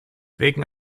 wegen